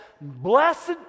blessed